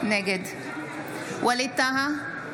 נגד ווליד טאהא,